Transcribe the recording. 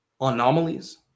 anomalies